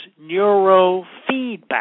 neurofeedback